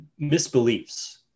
misbeliefs